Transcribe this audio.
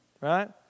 Right